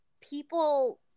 people